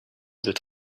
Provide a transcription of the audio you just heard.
that